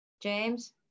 James